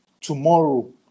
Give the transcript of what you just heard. tomorrow